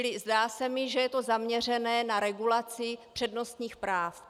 Čili zdá se mi, že je to zaměřené na regulaci přednostních práv.